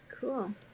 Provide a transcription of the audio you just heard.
Cool